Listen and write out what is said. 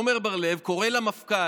עמר בר לב קורא למפכ"ל